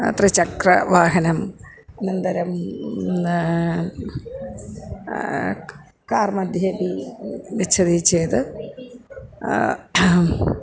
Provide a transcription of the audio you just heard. अत्र चक्रवाहनम् अनन्तरं कार् मध्येपि गच्छति चेत्